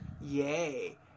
yay